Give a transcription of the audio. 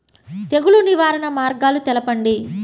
తెగులు నివారణ మార్గాలు తెలపండి?